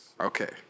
Okay